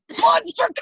Monster